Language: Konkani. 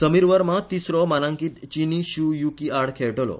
समीर वर्मा तिसरो मानांकीत चिनी शि युकी आड खेळटलो